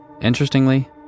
Interestingly